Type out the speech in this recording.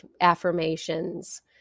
affirmations